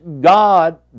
God